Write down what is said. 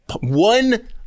one